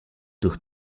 durch